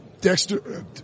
Dexter –